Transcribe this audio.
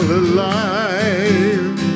alive